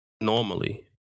normally